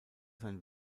sein